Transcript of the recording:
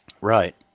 Right